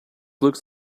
looks